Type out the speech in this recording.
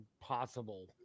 possible